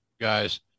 guys